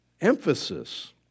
Emphasis